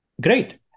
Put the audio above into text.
Great